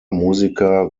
musiker